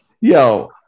Yo